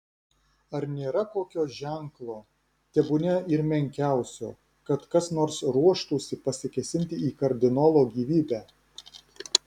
ar nėra kokio ženklo tebūnie ir menkiausio kad kas nors ruoštųsi pasikėsinti į kardinolo gyvybę